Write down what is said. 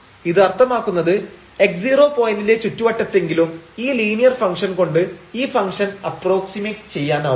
ഇത് അർത്ഥമാക്കുന്നത് x0 പോയിന്റിന്റെ ചുറ്റുവട്ടത്തെങ്കിലും ഈ ലീനിയർ ഫംഗ്ഷൻ കൊണ്ട് ഈ ഫംഗ്ഷൻ അപ്രോക്സിമേറ്റ് ചെയ്യാനാകും